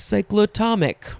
Cyclotomic